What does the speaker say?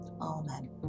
Amen